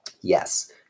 Yes